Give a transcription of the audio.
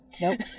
Nope